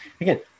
Again